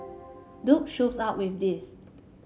dude shows up with this